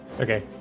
Okay